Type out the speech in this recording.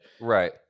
right